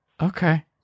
Okay